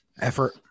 Effort